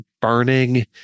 burning